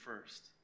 first